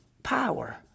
power